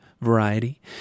variety